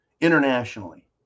internationally